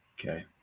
Okay